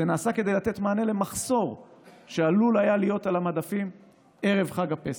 זה נעשה כדי לתת מענה למחסור שהיה עלול להיות על המדפים ערב חג הפסח.